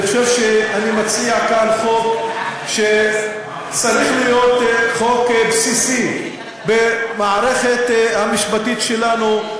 אני חושב שאני מציע כאן חוק שצריך להיות חוק בסיסי במערכת המשפטית שלנו.